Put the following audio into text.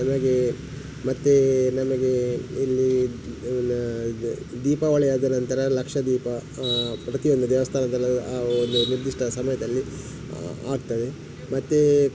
ನಮಗೆ ಮತ್ತೆ ನಮಗೆ ಇಲ್ಲಿ ಏನು ಇದು ದೀಪಾವಳಿ ಆದ ನಂತರ ಲಕ್ಷದೀಪ ಪ್ರತಿಯೊಂದು ದೇವಸ್ಥಾನದಲ್ಲಿ ಆ ಒಂದು ನಿರ್ದಿಷ್ಟ ಸಮಯದಲ್ಲಿ ಆಗ್ತದೆ ಮತ್ತೆ